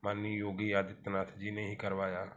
माननीय योगी आदित्य नाथ जी ने ही करवाया